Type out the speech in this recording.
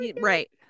Right